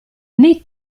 nei